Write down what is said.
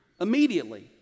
immediately